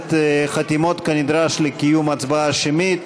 הכנסת חתימות כנדרש לקיום הצבעה שמית.